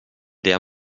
der